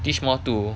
this more to